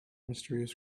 mysterious